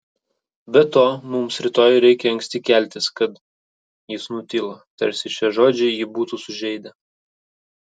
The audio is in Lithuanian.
be to mums rytoj reikia anksti keltis kad jis nutilo tarsi šie žodžiai jį būtų sužeidę